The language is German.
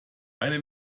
eine